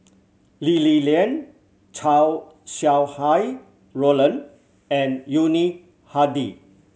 Lee Li Lian Chow Sau Hai Roland and Yuni Hadi